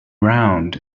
round